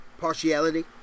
Partiality